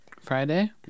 Friday